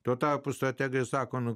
tuo tarpu strategai sako na